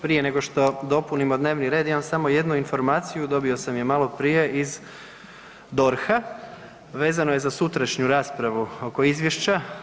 Prije nego što dopunimo dnevni red imam samo jednu informaciju, dobio sam je maloprije iz DORH-a, vezano je za sutrašnju raspravu oko izvješća.